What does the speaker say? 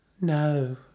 No